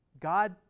God